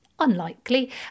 unlikely